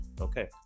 Okay